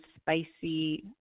spicy